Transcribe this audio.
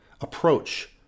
approach